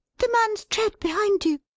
the man's tread behind you!